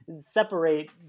separate